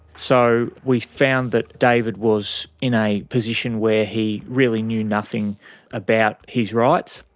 so we found that david was in a position where he really knew nothing about his rights.